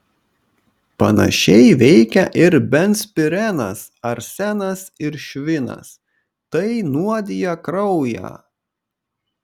panašiai veikia ir benzpirenas arsenas ir švinas tai nuodija kraują